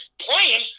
playing